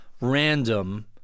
random